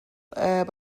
باید